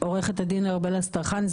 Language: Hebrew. עורכת הדין ארבל אסטרחן,